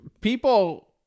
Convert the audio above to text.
people